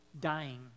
dying